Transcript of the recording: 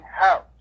house